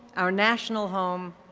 our national home,